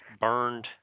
burned